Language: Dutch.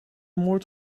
moord